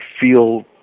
feel